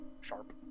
sharp